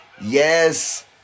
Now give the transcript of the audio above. Yes